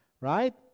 Right